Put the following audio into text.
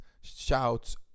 shouts